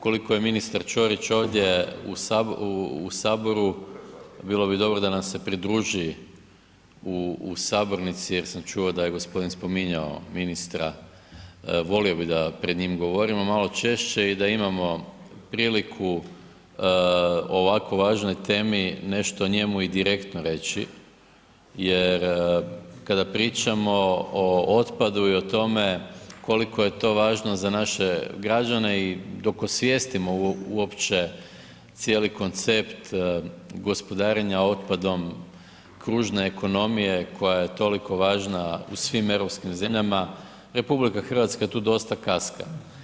Koliko je ministar Čorić ovdje u Saboru, bilo bi dobro da nam se pridruži u sabornici jer sam čuo da je gospodin spominjao ministra, volio bih da pred njim govorimo malo češće i da imamo priliku o ovako važnoj temi nešto njemu i direktno reći jer kada pričamo o otpadu i o tome koliko je to važno za naše građane i dok osvijestimo uopće cijeli koncept gospodarenja otpadom, kružne ekonomije koja je toliko važna u svim europskih zemljama, RH tu dosta kaska.